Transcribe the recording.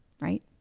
right